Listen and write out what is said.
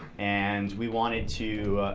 and we wanted to